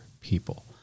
people